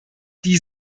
die